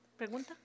Pregunta